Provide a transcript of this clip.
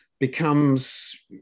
Becomes